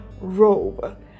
robe